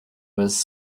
was